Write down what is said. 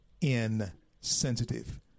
insensitive